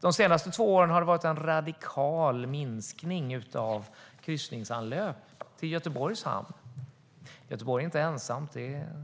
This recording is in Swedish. Under de senaste två åren har det varit en radikal minskning av kryssningsanlöp i Göteborgs hamn. Men Göteborg är inte ensamt,